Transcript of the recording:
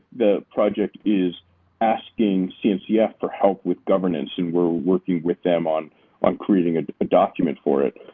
the project is asking cncf for help with governance and we're working with them on on creating a document for it.